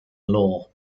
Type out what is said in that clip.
law